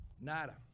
Nada